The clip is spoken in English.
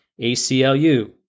ACLU